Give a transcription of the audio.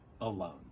alone